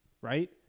right